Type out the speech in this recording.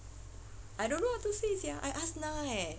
I don't know what to say sia I asked now eh